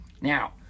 Now